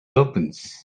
opens